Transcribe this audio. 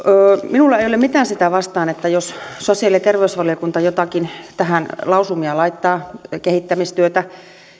minulla ei ole mitään sitä vastaan jos sosiaali ja terveysvaliokunta tähän jotakin lausumia laittaa kehittämistyötä